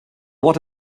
what